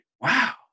Wow